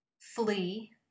flee